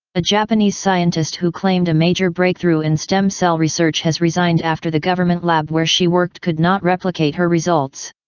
ah japanese scientist who claimed a major breakthrough in stem cell research has resigned after the government lab where she worked could not replicate her results.